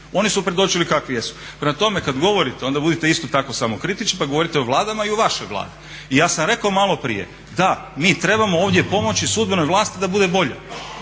oni su predočili kakvi jesu. Prema tome, kada govorite onda budite isto tako samokritični pa govorite o vladama i o vašoj vladi. I ja sam rekao malo prije, da, mi trebamo ovdje pomoći sudbenoj vlasti da bude bolja.